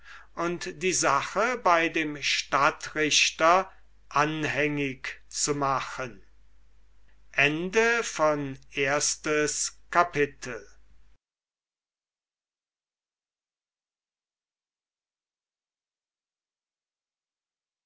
und die sache bei dem stadtrichter anhängig zu machen zweites kapitel